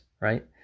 right